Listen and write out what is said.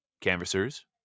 canvassers